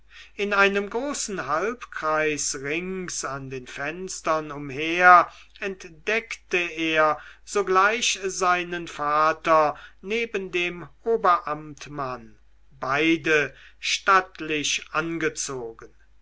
in einem großen halbkreis rings an den fenstern umher entdeckte er sogleich seinen vater neben dem oberamtmann beide stattlich angezogen